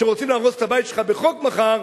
כשרוצים להרוס את הבית שלך בחוק מחר,